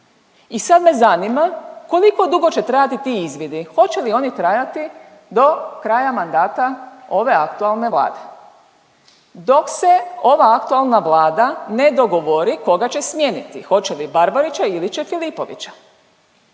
I sad me zanima koliko dugo će trajati ti izvidi. Hoće li oni trajati do kraja mandata ove aktualne Vlade. Dok se ova aktualna Vlada ne dogovori koga će smijeniti. Hoće li Barbarića ili će Filipovića.